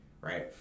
right